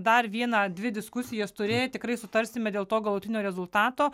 dar vieną dvi diskusijas turėję tikrai sutarsime dėl to galutinio rezultato